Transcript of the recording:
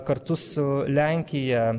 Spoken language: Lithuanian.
kartu su lenkija